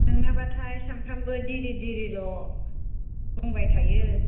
नोंना बाथाय सामफ्रामबो दिरि दिरिल' बुंबाय थायो